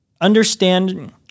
understand –